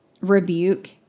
rebuke